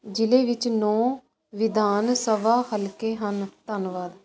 ਜ਼ਿਲ੍ਹੇ ਵਿੱਚ ਨੋ ਵਿਧਾਨ ਸਭਾ ਹਲਕੇ ਹਨ ਧੰਨਵਾਦ